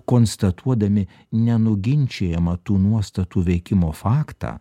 konstatuodami nenuginčijamą tų nuostatų veikimo faktą